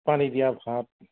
পানী দিয়া ভাত